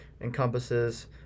encompasses